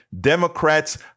Democrats